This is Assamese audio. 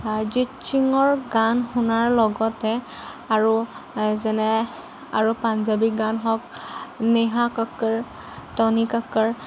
অৰিজিত সিঙৰ গান শুনাৰ লগতে আৰু যেনে আৰু পাঞ্জাবী গান হওক নেহা কক্কৰ টনি কক্কৰ